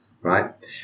Right